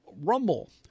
Rumble